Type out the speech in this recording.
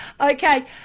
Okay